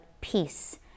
peace